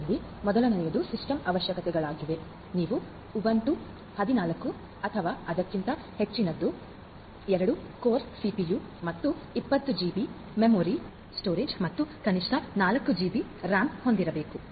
ಇವುಗಳಲ್ಲಿ ಮೊದಲನೆಯದು ಸಿಸ್ಟಮ್ ಅವಶ್ಯಕತ್ಯಗಳಾಗಿವೆ ನೀವು ಉಬುಂಟು 14 ಮತ್ತು ಅದಕ್ಕಿಂತ ಹೆಚ್ಚಿನದನ್ನು 2 ಕೋರ್ ಸಿಪಿಯು ಮತ್ತು 20 ಜಿಬಿ ಮೆಮೊರಿ ಸ್ಟೋರೇಜ್ ಮತ್ತು ಕನಿಷ್ಠ 4 ಜಿಬಿ RAM ಹೊಂದಿರಬೇಕು